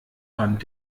fand